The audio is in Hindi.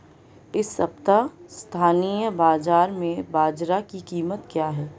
इस सप्ताह स्थानीय बाज़ार में बाजरा की कीमत क्या है?